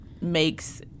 makes